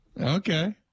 Okay